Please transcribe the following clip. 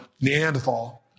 Neanderthal